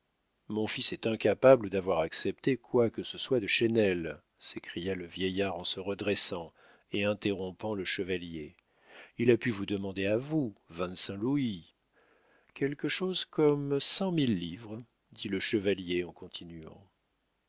mon fils est incapable d'avoir accepté quoi que ce soit de chesnel s'écria le vieillard en se redressant et interrompant le chevalier il a pu vous demander à vous vingt-cinq louis quelque chose comme cent mille livres dit le chevalier en continuant